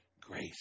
grace